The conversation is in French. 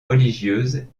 religieuses